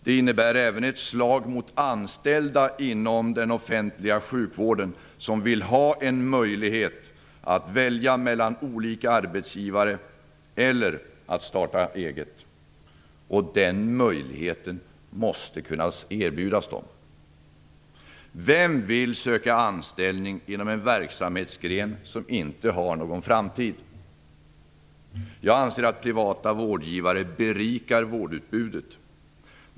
Det innebär även ett slag mot anställda inom den offentliga sjukvården som vill ha möjlighet att välja mellan olika arbetsgivare eller att starta eget. Den möjligheten måste kunna erbjudas dem. Vem vill söka anställning inom en verksamhetsgren som inte har någon framtid? Jag anser att privata vårdgivare berikar vårdutbudet.